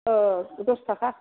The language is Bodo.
औ दस थाखा